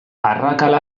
arrakala